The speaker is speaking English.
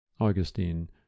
Augustine